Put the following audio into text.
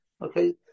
Okay